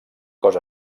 cos